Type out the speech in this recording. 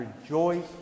rejoice